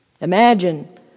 Imagine